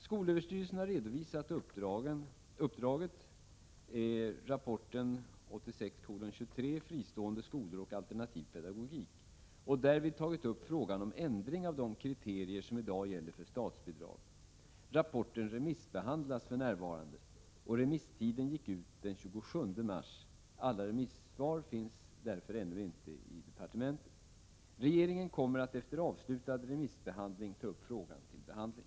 Skolöverstyrelsen har redovisat uppdraget och därvid tagit upp frågan om ändring av de kriterier som i dag gäller för statsbidrag. Rapporten remissbehandlas för närvarande. Remisstiden gick ut den 27 mars. Alla remissvar finns därför ännu inte i departementet. Regeringen kommer att efter avslutad remissbehandling ta upp frågan till behandling.